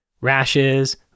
Rashes